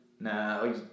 No